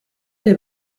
der